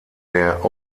der